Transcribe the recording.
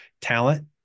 talent